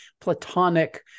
platonic